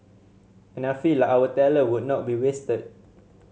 and I feel like our talent would not be wasted